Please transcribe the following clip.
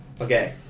Okay